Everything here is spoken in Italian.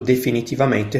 definitivamente